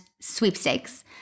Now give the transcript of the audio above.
Sweepstakes